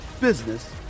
business